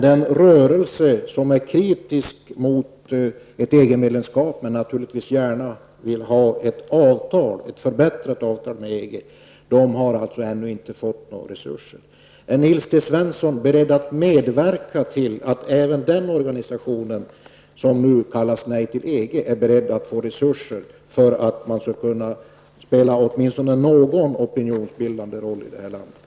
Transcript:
Den rörelse som är kritisk mot ett EG-medlemskap och som gärna vill ha till stånd ett bättre avtal med EG har ännu inte fått några resurser tilldelade. Är Nils T Svensson beredd att medverka till att även den organisation som kallas Nej till EG får resurser för att den skall kunna spela åtminstone någon opinionsbildande roll i det här landet?